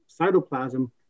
cytoplasm